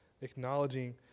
acknowledging